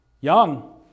young